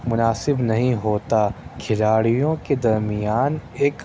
مُناسب نہیں ہوتا کھلاڑیوں کے درمیان ایک